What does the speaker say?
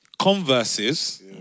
Converses